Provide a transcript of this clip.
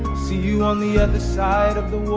see you on the other side of the